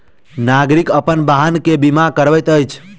नागरिक अपन वाहन के बीमा करबैत अछि